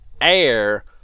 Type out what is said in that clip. air